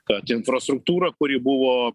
kad infrastruktūra kuri buvo